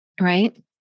Right